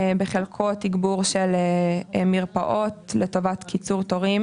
כאשר חלק הולך לתגבור מרפאות לטובת קיצור תורים